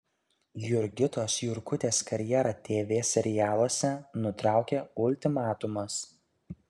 jurgitos jurkutės karjerą tv serialuose nutraukė ultimatumas